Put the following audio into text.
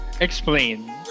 Explain